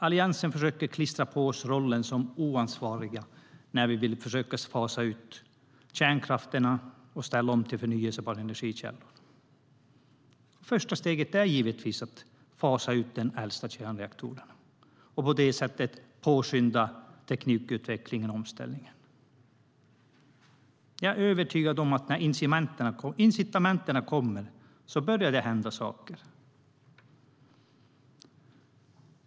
Alliansen försöker klistra på oss rollen som oansvariga när vi vill fasa ut kärnkraften och ställa om till förnybara energikällor. Det första steget är givetvis att fasa ut de äldsta kärnreaktorerna och på det sättet påskynda teknikutvecklingen och omställningen. Jag är övertygad om att när incitamenten kommer börjar det hända saker.